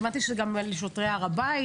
כי הבנתי שזה גם לשוטרי הר הבית.